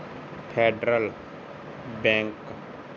federal bank